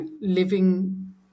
living